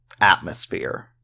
atmosphere